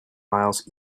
miles